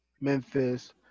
Memphis